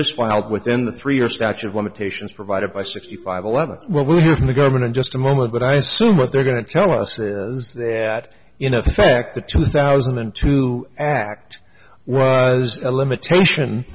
filed within the three year statute of limitations provided by sixty five eleven well we'll hear from the governor in just a moment but i assume what they're going to tell us that you know the fact that two thousand and two act as a limitation